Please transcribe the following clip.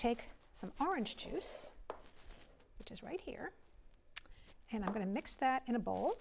take some orange juice which is right here and i'm going to mix that in a bowl